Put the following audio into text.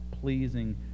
pleasing